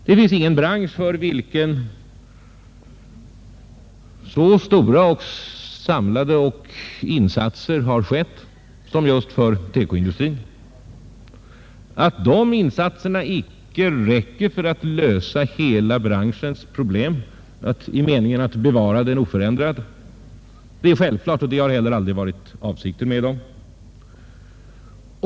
Det finns ingen bransch för vilken så stora och samlade insatser gjorts som för just TEKO-industrin. Att de insatserna icke räcker för att lösa hela branschens problem i meningen att bevara den oförändrad är självklart och har heller aldrig varit avsikten.